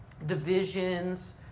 divisions